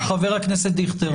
חושב שכדאי